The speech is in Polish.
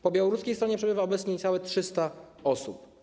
Po białoruskiej stronie przebywa obecnie niecałe 300 osób.